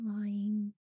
lying